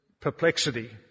perplexity